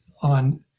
on